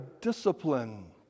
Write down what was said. discipline